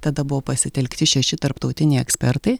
tada buvo pasitelkti šeši tarptautiniai ekspertai